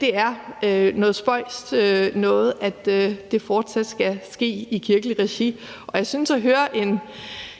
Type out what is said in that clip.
Det er noget spøjst noget, at det fortsat skal ske i kirkeligt regi,